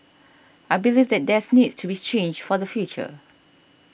I believe that there is needs to be change for the future